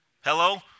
Hello